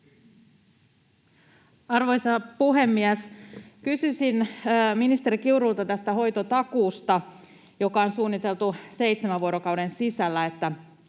Arvoisa puhemies! Kysyisin ministeri Kiurulta tästä hoitotakuusta, joka on suunniteltu niin, että seitsemän vuorokauden sisällä